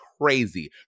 crazy